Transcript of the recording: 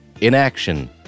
Inaction